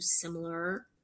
similar